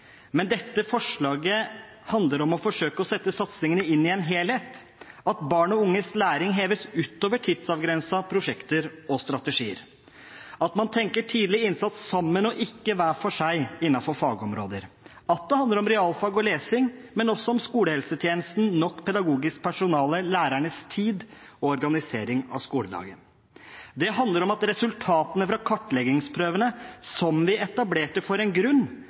Men dette forslaget handler om å forsøke å sette satsingene inn i en helhet – at barn og unges læring heves utover tidsavgrensede prosjekter og strategier, at man tenker tidlig innsats sammen og ikke hver for seg innenfor fagområder, at det handler om realfag og lesing, men også om skolehelsetjenesten, nok pedagogisk personale, lærernes tid og organisering av skoledagen. Det handler om at resultatene fra kartleggingsprøvene, som det var en grunn til at vi etablerte,